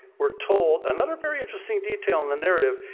we're told, another very interesting detail in the narrative,